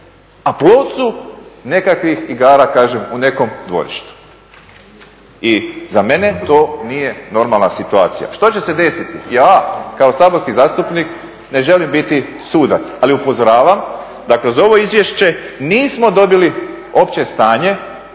a plod su nekakvih igara u nekom dvorištu i za mene to nije normalna situacija. Što će se desiti? Ja kao saborski zastupnik ne želim biti sudac, ali upozoravam da kroz ovo izvješće nismo dobili opće stanje